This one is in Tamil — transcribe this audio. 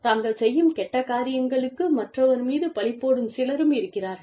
தாங்கள் செய்யும் கெட்ட காரியங்களுக்கு மற்றவர் மீது பழிபோடும் சிலரும் இருக்கிறார்கள்